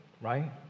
right